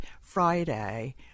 Friday